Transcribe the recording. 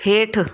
हेठि